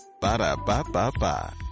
Ba-da-ba-ba-ba